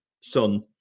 son